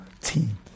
team